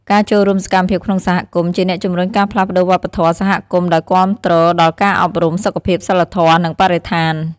ការចូលរួមសកម្មក្នុងសហគមន៍ ជាអ្នកជំរុញការផ្លាស់ប្តូរវប្បធម៌សហគមន៍ ដោយគាំទ្រដល់ការអប់រំ សុខភាព សីលធម៌ និងបរិស្ថាន។